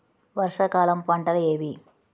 వర్షాకాలం పంటలు ఏవి?